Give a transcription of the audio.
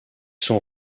sont